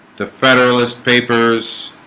the federalist papers